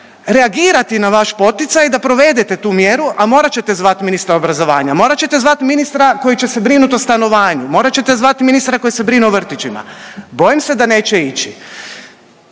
reagirati na vaš poticaj da provedete tu mjeru, a morat ćete zvati ministra obrazovanja, morat ćete zvati ministra koji će se brinut o stanovanju, morat ćete zvati ministra koji se brine o vrtićima. Bojim se da neće ići.